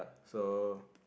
so